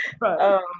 Right